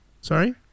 Sorry